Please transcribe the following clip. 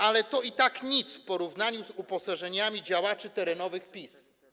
Ale to i tak nic w porównaniu z uposażeniami działaczy terenowych PiS.